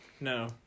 No